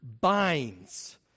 binds